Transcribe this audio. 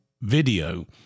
video